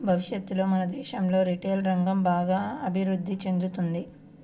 భవిష్యత్తులో మన దేశంలో రిటైల్ రంగం బాగా అభిరుద్ధి చెందుతుంది